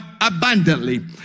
abundantly